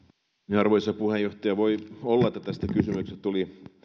arvoisa puheenjohtaja voi olla että tästä kysymyksestä tuli